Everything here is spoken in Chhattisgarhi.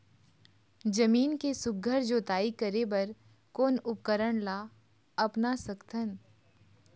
जमीन के सुघ्घर जोताई करे बर कोन उपकरण ला अपना सकथन?